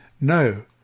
No